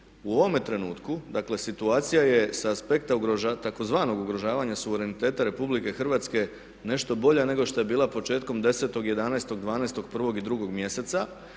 U ovome trenutku, dakle situacija je sa aspekta tzv. ugrožavanja suvereniteta Republike Hrvatske nešto bolja nego što je bila početkom desetog, jedanaestog,